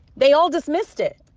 they all dismissed it.